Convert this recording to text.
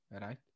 right